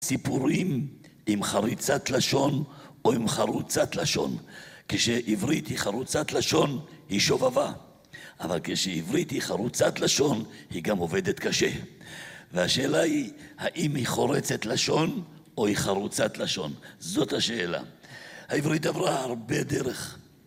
סיפורים עם חריצת לשון או עם חרוצת לשון כשעברית היא חרוצת לשון היא שובבה אבל כשעברית היא חרוצת לשון היא גם עובדת קשה והשאלה היא האם היא חורצת לשון או היא חרוצת לשון זאת השאלה העברית עברה הרבה דרך